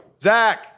Zach